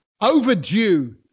Overdue